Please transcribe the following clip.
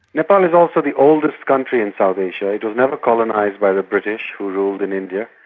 nepal is also the oldest country in south asia. it was never colonised by the british, who ruled in india,